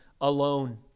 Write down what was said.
alone